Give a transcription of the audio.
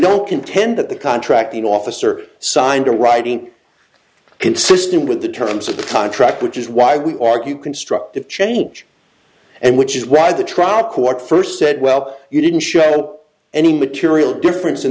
don't contend that the contracting officer signed a writing consistent with the terms of the contract which is why we argue constructive change and which is why the trial court first said well you didn't show any material difference in